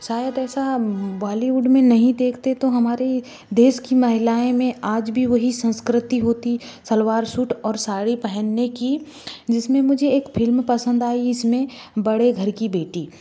शायद ऐसा हम बालीवुड में नहीं देखते तो हमारे देश की महिलाएँ में आज भी वही संस्कृति होती सलवार सूट और साड़ी पहनने की जिसमें मुझे एक फिल्म पसंद आई इसमें बड़े घर की बेटी